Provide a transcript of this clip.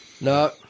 No